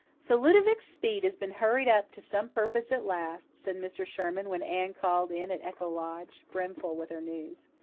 so ludovic speed has been hurried up to some purpose at last, said mr. sherman, when anne called in at echo lodge, brimful with her news.